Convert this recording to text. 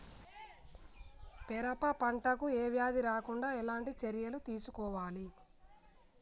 పెరప పంట కు ఏ వ్యాధి రాకుండా ఎలాంటి చర్యలు తీసుకోవాలి?